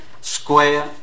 square